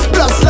Plus